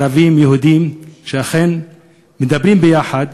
ערבים ויהודים שמדברים יחד.